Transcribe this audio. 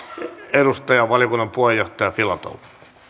edustaja valiokunnan puheenjohtaja filatov